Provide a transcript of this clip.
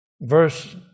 Verse